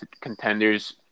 contenders